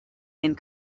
and